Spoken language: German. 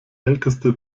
älteste